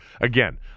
Again